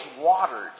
watered